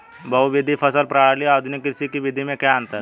बहुविध फसल प्रणाली और आधुनिक कृषि की विधि में क्या अंतर है?